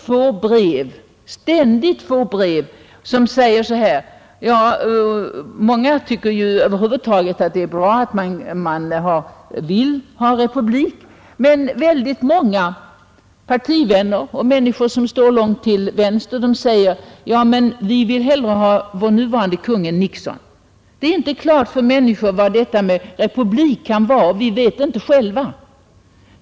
Jag får ständigt brev om republikfrågan, många vill ha republik, men väldigt många partivänner och människor som står ännu längre till vänster säger: Men vi vill hellre ha vår nuvarande kung än Nixon. Det är inte klart för människor vad detta med republik kan innebära, och vi vet det inte själva.